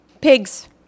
pigs